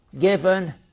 given